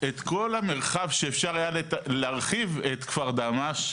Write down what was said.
את כל המרחב שאפשר היה להרחיב את כפר דהמש,